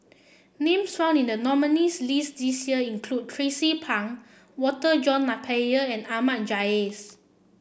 names found in the nominees' list this year include Tracie Pang Walter John Napier and Ahmad Jais